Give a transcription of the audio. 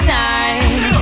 time